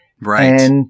Right